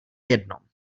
jednom